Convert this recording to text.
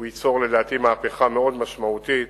הוא ייצור, לדעתי, מהפכה מאוד משמעותית: